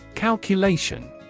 Calculation